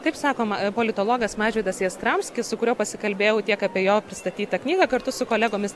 taip sakom politologas mažvydas jastramskis su kuriuo pasikalbėjau tiek apie jo pristatytą knygą kartu su kolegomis